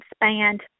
expand